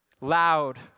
loud